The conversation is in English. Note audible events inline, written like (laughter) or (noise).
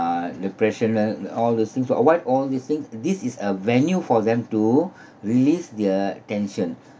uh depression rate and all those things to avoid all these things this is a venue for them to (breath) release the tension